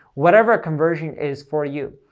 whatever conversion is for you.